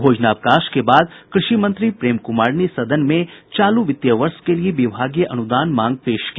भोजनावकाश के बाद कृषि मंत्री प्रेम कुमार ने सदन में चालू वित्तीय वर्ष के लिये विभागीय अनुदान मांग पेश किया